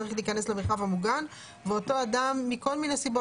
צריך להיכנס למרחב המוגן ואותו אדם מכל מיני סיבות